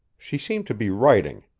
she seemed to be writing,